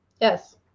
yes